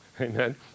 Amen